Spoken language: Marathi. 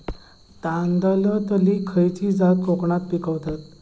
तांदलतली खयची जात कोकणात पिकवतत?